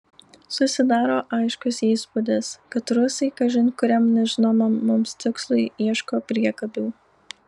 susidaro aiškus įspūdis kad rusai kažin kuriam nežinomam mums tikslui ieško priekabių